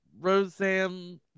Roseanne